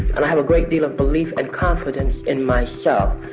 and i have a great deal of belief and confidence in myself.